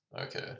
okay